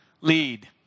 lead